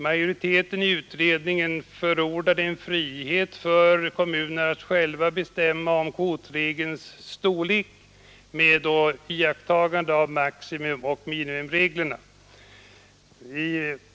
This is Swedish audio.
Majoriteten i utredningen förordar att kommunerna själva skall bestämma om kvotens storlek med iakttagande av maximioch minimireglerna.